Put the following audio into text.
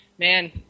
Man